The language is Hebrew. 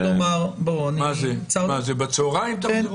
בצהריים תחזרו?